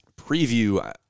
preview